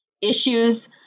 issues